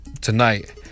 tonight